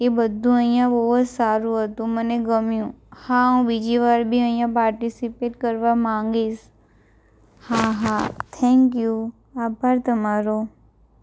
એ બધું અહીંયા બહુ જ સારું હતું મને ગમ્યું હા હું બીજી વાર બી અહીંયા પાર્ટીસિપેટ કરવા માંગીશ હા હા થેન્ક યુ આભાર તમારો